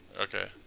Okay